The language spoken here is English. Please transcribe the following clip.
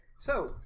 so!